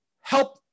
help